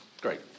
Great